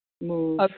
move